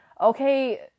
Okay